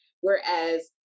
Whereas